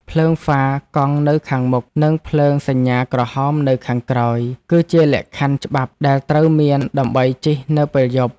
ភ្លើងហ្វាកង់នៅខាងមុខ និងភ្លើងសញ្ញាក្រហមនៅខាងក្រោយ គឺជាលក្ខខណ្ឌច្បាប់ដែលត្រូវមានដើម្បីជិះនៅពេលយប់។